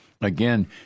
Again